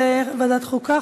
לדיון מוקדם בוועדת החוקה,